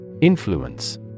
Influence